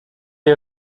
est